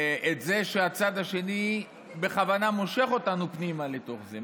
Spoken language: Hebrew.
את זה שהצד השני בכוונה מושך אותנו פנימה לתוך זה,